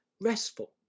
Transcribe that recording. RESTful